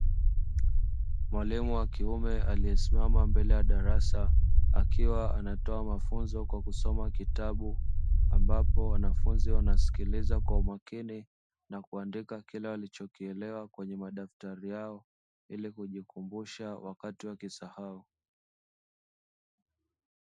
Mwalimu wa kiume aliyesimama mbele ya darasa akiwa anatoa mafunzo kwa kusoma kitabu ambapo wanafunzi wanasikiliza kwa umakini na kuandika kile alichokielewa kwenye madaftari yao ili kujikumbusha wakati wa kisahau.